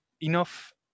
enough